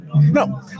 No